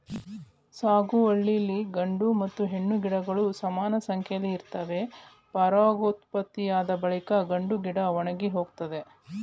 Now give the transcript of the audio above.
ಸಾಗುವಳಿಲಿ ಗಂಡು ಮತ್ತು ಹೆಣ್ಣು ಗಿಡಗಳು ಸಮಾನಸಂಖ್ಯೆಲಿ ಇರ್ತವೆ ಪರಾಗೋತ್ಪತ್ತಿಯಾದ ಬಳಿಕ ಗಂಡುಗಿಡ ಒಣಗಿಹೋಗ್ತದೆ